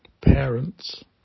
parents